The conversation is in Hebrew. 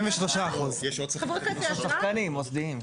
73%. של שחקנים מוסדיים.